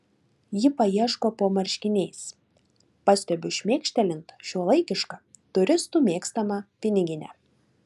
ji paieško po marškiniais pastebiu šmėkštelint šiuolaikišką turistų mėgstamą piniginę